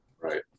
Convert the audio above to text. Right